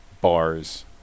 bars